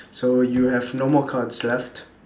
so you have no more cards left